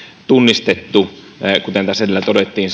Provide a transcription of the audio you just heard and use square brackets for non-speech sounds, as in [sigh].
tunnistettu näissä tavoitteissa kuten tässä edellä todettiin [unintelligible]